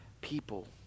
people